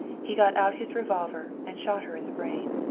he got out his revolver and shot her in the brain.